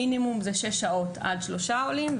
המינימום הוא שש שעות עד שלושה עולים,